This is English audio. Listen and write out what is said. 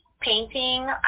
painting